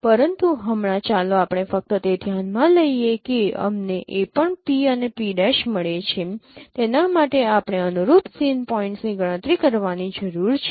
પરંતુ હમણાં ચાલો આપણે ફક્ત તે ધ્યાનમાં લઈએ કે અમને જે પણ P અને P' મળે છે તેના માટે આપણે અનુરૂપ સીન પોઇન્ટ્સની ગણતરી કરવાની જરૂર છે